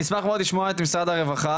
אני אשמח מאוד לשמוע את משרד הרווחה,